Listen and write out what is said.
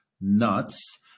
nuts-